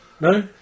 No